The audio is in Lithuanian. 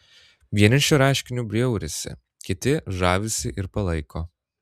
vieni šiuo reiškiniu bjaurisi kiti žavisi ir palaiko